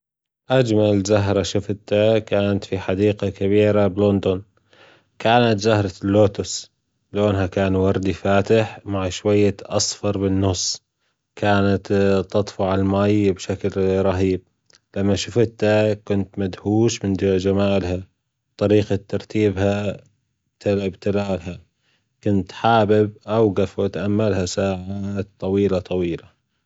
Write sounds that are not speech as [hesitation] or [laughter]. أجمل زهرة شفتها كانت في حديقة كبيرة بلندن، كانت زهرة اللوتس لونها كان وردي فاتح مع شوية أصفر بالنص، كانت [hesitation] تطفو على المي بشكل رهيب، لما شفتها كنت مدهوش من جمالها، وطريقة ترتيبها [unintelligible] كنت حابب أوجف وأتأملها ساعات طويلة طويلة.